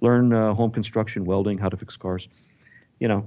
learn ah home construction welding, how to fix cars you know